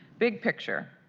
big picture,